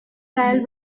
caer